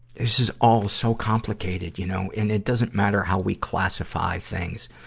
this is all so complicated, you know, and it doesn't matter how we classify things.